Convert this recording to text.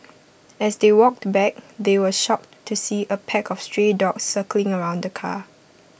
as they walked back they were shocked to see A pack of stray dogs circling around the car